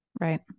Right